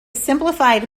simplified